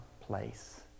place